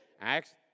Acts